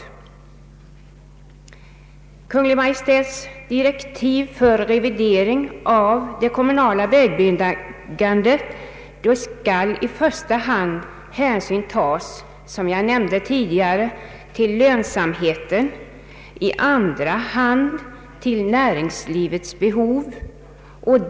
Enligt Kungl. Maj:ts direktiv för revidering av det kommunala vägbyggandet skall i första hand hänsyn tas, som jag nämnde tidigare, till lönsamheten, i andra hand till näringslivets behov.